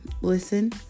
listen